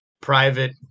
private